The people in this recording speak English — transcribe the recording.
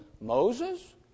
Moses